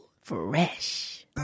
Fresh